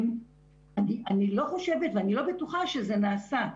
אני לא חושבת ולא בטוחה שזה נעשה.